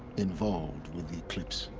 involved with the eclipse.